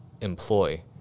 employ